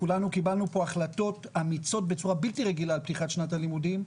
כולנו קיבלנו פה החלטות אמיצות בצורה בלתי רגילה על פתיחת שנת הלימודים,